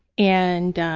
and